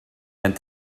and